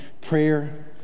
prayer